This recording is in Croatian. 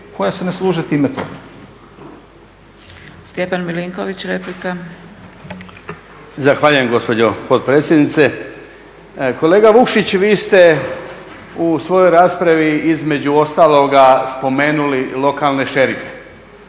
koje se ne služe tim